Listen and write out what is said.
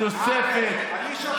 תוספת, תוספת.